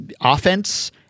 offense